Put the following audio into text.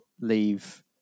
leave